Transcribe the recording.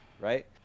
right